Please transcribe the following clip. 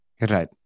Right